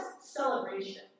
celebration